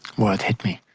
well, it hit me.